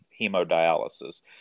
hemodialysis